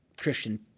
Christian